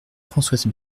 françoise